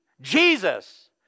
Jesus